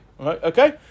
Okay